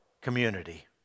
community